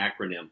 acronym